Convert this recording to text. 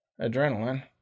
Adrenaline